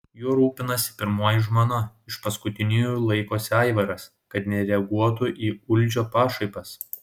juo rūpinasi pirmoji žmona iš paskutiniųjų laikosi aivaras kad nereaguotų į uldžio pašaipas